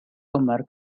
umar